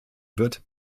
wird